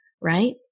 right